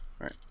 right